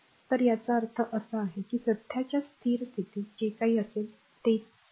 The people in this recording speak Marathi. तर याचा अर्थ असा आहे की सध्याच्या स्थिर स्थितीत जे काही असेल ते तेच आहे